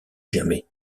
jamais